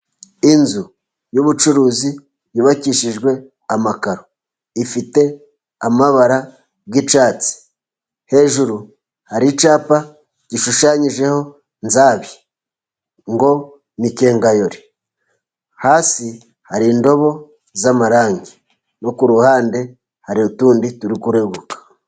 Inzu y'ubucuruzi yubakishijwe amakaro, ifite amabara y'icyatsi. Hejuru hari icyapa gishushanyijeho Nsabi, ngo ni kenkayori. Hasi hari indobo z'amarangi no ku ruhande hari utundi turi kurebuka.